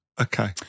Okay